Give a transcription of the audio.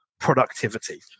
productivity